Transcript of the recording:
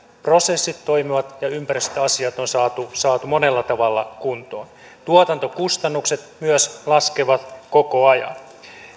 prosessit toimivat ja ympäristöasiat on saatu saatu monella tavalla kuntoon tuotantokustannukset myös laskevat koko ajan